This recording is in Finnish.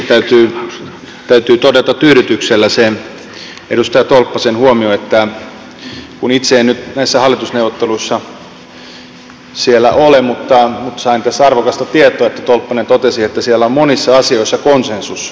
ensinnäkin täytyy todeta tyydytyksellä edustaja tolppasen huomio itse en nyt siellä hallitusneuvotteluissa ole mutta sain tässä arvokasta tietoa kun tolppanen totesi että siellä on monissa asioissa konsensus